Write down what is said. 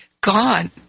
gone